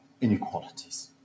inequalities